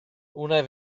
una